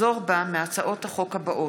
לחזור בה מהצעות החוק האלה: